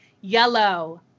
yellow